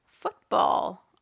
football